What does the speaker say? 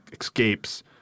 escapes